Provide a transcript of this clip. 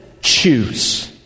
choose